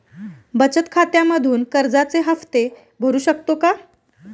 बचत खात्यामधून कर्जाचे हफ्ते भरू शकतो का?